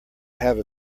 have